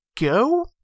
go